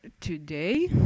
today